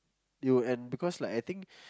you and because like I think